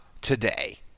today